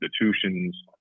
institutions